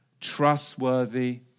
trustworthy